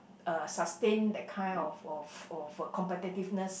uh sustain that kind of of of competitiveness